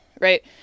right